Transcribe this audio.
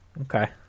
Okay